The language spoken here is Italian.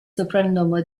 soprannome